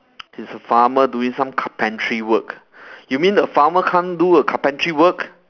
it's a farmer doing some carpentry work you mean the farmer can't do a carpentry work